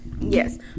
yes